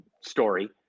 story